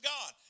God